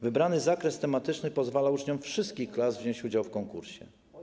Wybrany zakres tematyczny pozwala uczniom wszystkich klas wziąć udział w konkursie.